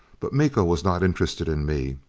but miko was not interested in me.